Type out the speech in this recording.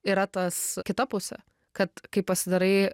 yra tas kita pusė kad kai pasidarai